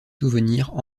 souvenirs